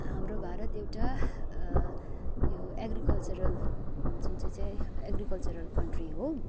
हाम्रो भारत एउटा यो एग्रिकल्चरल जुन चाहिँ चाहिँ एग्रिकल्चरल कन्ट्री हो